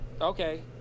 Okay